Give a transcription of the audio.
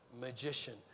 magician